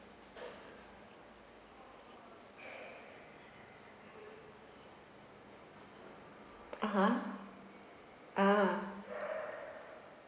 (uh huh) ah